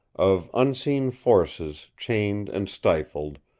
of unseen forces chained and stifled,